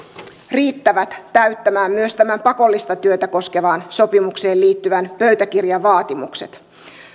riittävät täyttämään myös tämän pakollista työtä koskevaan sopimukseen liittyvän pöytäkirjan vaatimukset